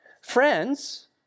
Friends